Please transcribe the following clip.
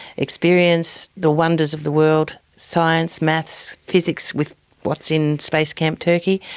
experience the wonders of the world, science, maths, physics, with what's in space camp turkey,